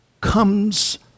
comes